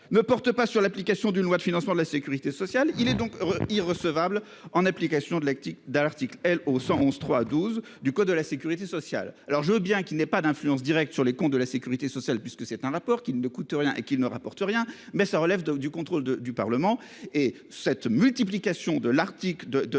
Ne porte pas sur l'application d'une loi de financement de la Sécurité sociale. Il est donc irrecevable en application de l'article dans l'article L O 111 3 12 du code de la sécurité sociale. Alors je veux bien qu'ils n'aient pas d'influence directe sur les comptes de la Sécurité sociale puisque c'est un rapport qui ne coûte rien, qu'il ne rapporte rien mais ça relève du contrôle de du Parlement et cette multiplication de l'Arctique de de de